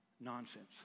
nonsense